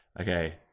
Okay